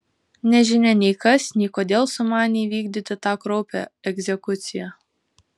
nežinia nei kas nei kodėl sumanė įvykdyti tą kraupią egzekuciją